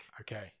Okay